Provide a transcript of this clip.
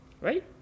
right